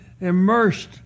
immersed